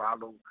follow